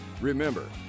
remember